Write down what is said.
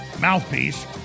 mouthpiece